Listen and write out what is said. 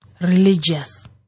religious